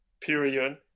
period